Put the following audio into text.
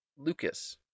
Lucas